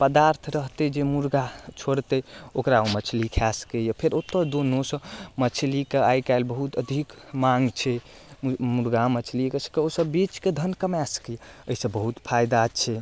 पदार्थ रहतै जे मुर्गा छोड़तै ओकरा ओ मछली खाय सकै यऽ फेर ओतऽ दुनू सँ मछलीके आइकाल्हि बहुत अधिक माँग छै मुर्गा मछली एकर सबके ओसब बेच कऽ धन कमाए सकै यऽ एहिसँ बहुत फायदा छै